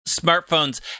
smartphones